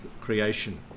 creation